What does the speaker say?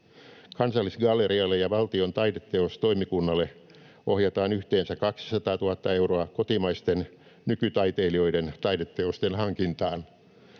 Kansallisgallerialle ja valtion taideteostoimikunnalle ohjataan yhteensä 200 000 euroa kotimaisten nykytaiteilijoiden taideteosten hankintaan.